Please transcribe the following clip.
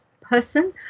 person